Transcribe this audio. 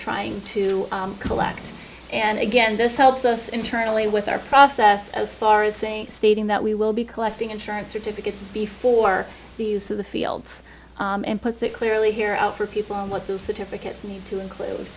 trying to collect and again this helps us internally with our process as far as saying stating that we will be collecting insurance certificates before the use of the fields and puts it clearly hear out for people what's the significance need to include